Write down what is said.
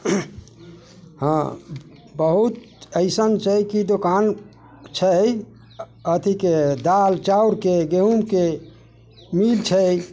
हाँ बहुत अइसन छै कि दोकान छै अथीके दालि चाउरके गहूमके मिल छै